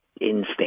instinct